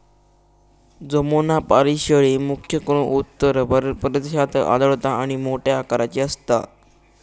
जमुनापारी शेळी, मुख्य करून उत्तर प्रदेशात आढळता आणि मोठ्या आकाराची असता